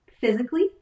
physically